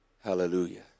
Hallelujah